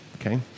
okay